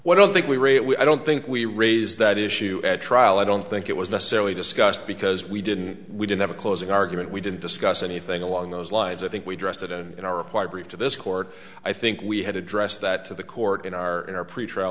we i don't think we raise that issue at trial i don't think it was necessarily discussed because we didn't we didn't have a closing argument we didn't discuss anything along those lines i think we drafted and in our reply brief to this court i think we had addressed that to the court in our in our pretrial